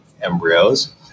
Embryos